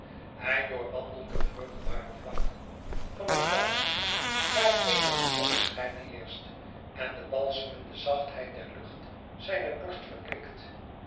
hij doorwandelt de vruchtbare vlakten van een land waar eeuwige zonneschijn heerscht en de balsemende zachtheid der lucht zijne borst verkwikt